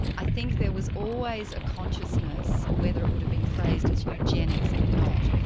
i think there was always a consciousness whether it would have been phrased as eugenics or not.